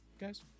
guys